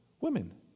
women